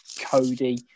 Cody